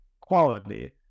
quality